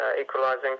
equalising